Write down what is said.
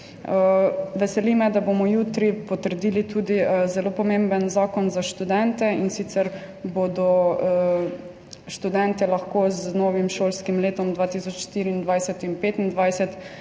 Veseli me, da bomo jutri potrdili tudi zelo pomemben zakon za študente, in sicer bodo študentje lahko z novim šolskim letom 2024/2025